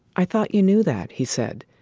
i thought you knew that he said.